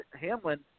Hamlin